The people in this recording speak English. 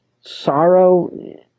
sorrow